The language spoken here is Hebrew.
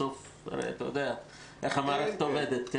בסוף, אתה יודע איך המערכת עובדת.